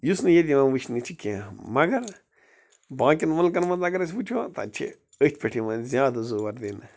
یُس نہٕ ییٚتہٕ یِوان وُچھُنہٕ چھُ کیٚنٛہہ مگر باقِین مُلکَن منٛز اگر أسۍ وُچھَو تَتہِ چھِ أتھۍ پیٚٹھ یِوان زیادٕ زور دِنہٕ